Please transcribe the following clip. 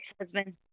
husband